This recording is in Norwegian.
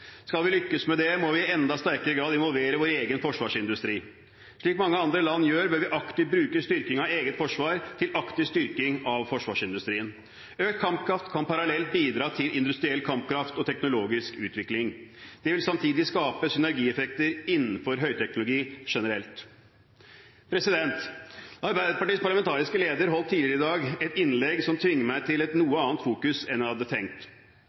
Skal vi lykkes med det, må vi i enda sterkere grad involvere vår egen forsvarsindustri. Slik mange andre land gjør, bør vi aktivt bruke styrking av eget forsvar til aktiv styrking av forsvarsindustrien. Økt kampkraft kan parallelt bidra til industriell kampkraft og teknologisk utvikling. Det vil samtidig skape synergieffekter innenfor høyteknologi generelt. Arbeiderpartiets parlamentariske leder holdt tidligere i dag et innlegg som tvinger meg til et noe annet fokus enn jeg hadde tenkt.